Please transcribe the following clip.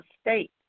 state